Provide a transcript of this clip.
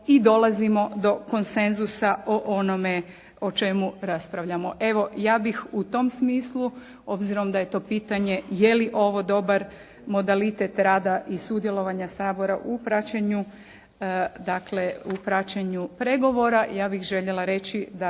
i dolazimo do konsenzusa o onome o čemu raspravljamo. Evo, ja bih u tom smislu, obzirom da je to pitanje je li ovo dobar modalitet rada i sudjelovanja Sabora u praćenju pregovora. Ja bih željela reći da